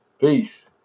Peace